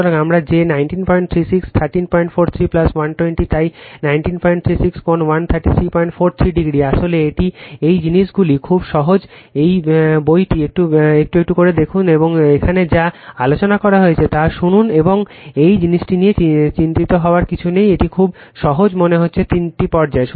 সুতরাং আমরা যে 1936 1343 120 তাই 1936 কোণ 13343o আসলে এই জিনিসগুলি খুব সহজ এই বইটি একটু একটু করে দেখুন এবং এখানে যা আলোচনা করা হয়েছে তা শুনুন এবং এই জিনিসটি নিয়ে চিন্তিত হওয়ার কিছু নেই এটি খুব সহজ মনে হচ্ছে 3 পর্যায়